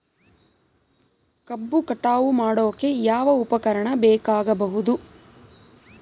ಕಬ್ಬು ಕಟಾವು ಮಾಡೋಕೆ ಯಾವ ಉಪಕರಣ ಬೇಕಾಗಬಹುದು?